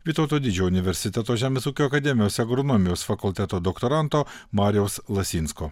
vytauto didžiojo universiteto žemės ūkio akademijos agronomijos fakulteto doktoranto mariaus lasinsko